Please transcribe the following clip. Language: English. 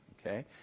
Okay